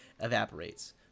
evaporates